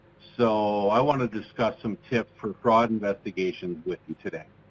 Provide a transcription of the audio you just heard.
so, i want to discuss some tips for fraud investigations with you today.